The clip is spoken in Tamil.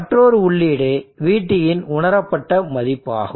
மற்றொரு உள்ளீடு VTஇன் உணரப்பட்ட மதிப்பு ஆகும்